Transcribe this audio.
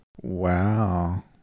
wow